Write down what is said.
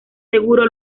seguro